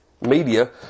media